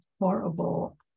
horrible